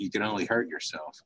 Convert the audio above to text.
you can only hurt yourself